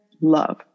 love